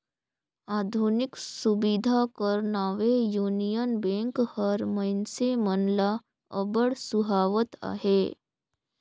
आधुनिक सुबिधा कर नावें युनियन बेंक हर मइनसे मन ल अब्बड़ सुहावत अहे